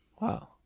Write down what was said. Wow